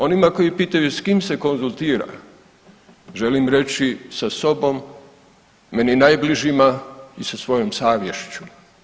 Onima koji pitaju s kim se konzultira, želim reći, sa sobom, meni najbližima i sa svojom savješću.